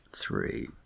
three